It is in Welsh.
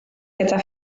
gyda